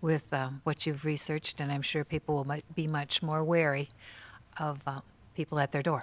with what you've researched and i'm sure people might be much more wary of people at their do